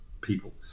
people